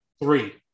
Three